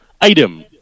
item